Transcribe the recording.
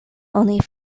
oni